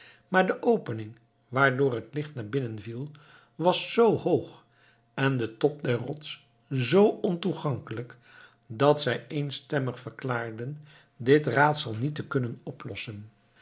maar de opening waardoor het licht naar binnen viel was zoo hoog en de top der rots zoo ontoegankelijk dat zij eenstemmig verklaarden dit raadsel niet te kunnen oplossen